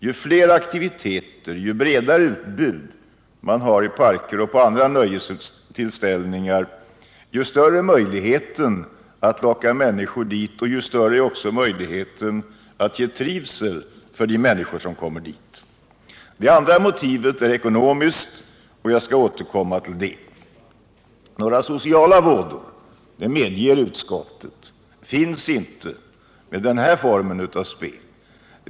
Ju fler aktiviteter och ju bredare utbud man har i folkparker och vid andra nöjesetablissemang, desto större blir möjligheterna att locka människor dit och även att skapa trivsel för dem som kommer dit. Dei andra motivet är ekonomiskt, och jag skall återkomma till det. Några sociala vådor — det medger utskottet — medför inte den här aktuella formen av spel.